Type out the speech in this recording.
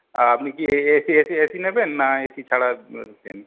আপনি কি এ এ এসি নেবেন না এসি ছাড়া নিতেন